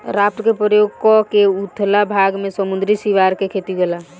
raft के प्रयोग क के उथला भाग में समुंद्री सिवार के खेती होला